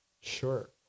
sure